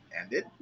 ended